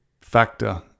factor